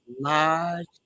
large